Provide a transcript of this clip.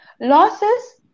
Losses